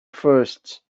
first